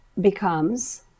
becomes